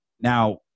Now